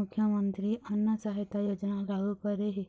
मुख्यमंतरी अन्न सहायता योजना लागू करे हे